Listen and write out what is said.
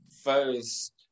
first